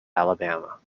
alabama